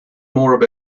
more